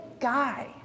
guy